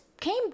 came